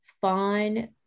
fun